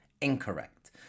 Incorrect